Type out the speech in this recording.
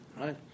Right